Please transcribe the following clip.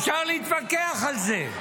אפשר להתווכח על זה.